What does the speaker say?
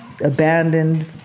abandoned